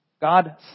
God